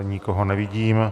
Nikoho nevidím.